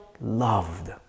loved